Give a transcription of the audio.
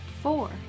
four